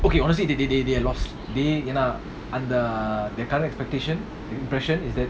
okay honestly they they they they are lost they எனாஅந்த:yena andha their current expectaktion impression is that